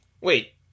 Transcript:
Wait